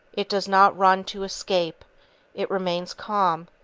it does not run to escape it remains calm,